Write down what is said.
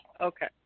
Okay